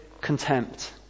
contempt